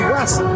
West